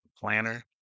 Planner